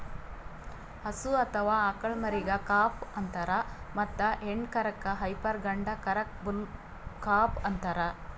ಹಸು ಅಥವಾ ಆಕಳ್ ಮರಿಗಾ ಕಾಫ್ ಅಂತಾರ್ ಮತ್ತ್ ಹೆಣ್ಣ್ ಕರಕ್ಕ್ ಹೈಪರ್ ಗಂಡ ಕರಕ್ಕ್ ಬುಲ್ ಕಾಫ್ ಅಂತಾರ್